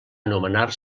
anomenar